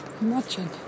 imagine